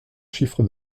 chiffre